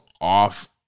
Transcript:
off